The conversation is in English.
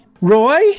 Roy